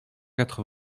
quatre